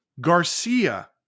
Garcia